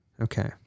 okay